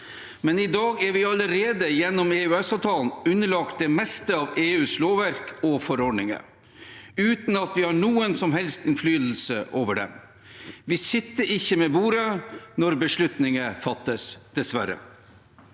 I dag er vi allerede gjennom EØSavtalen underlagt det meste av EUs lovverk og forordninger uten at vi har noen som helst innflytelse over det. Vi sitter ikke ved bordet når beslutninger fattes – dessverre.